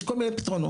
יש כל מיני פתרונות.